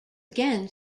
again